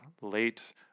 late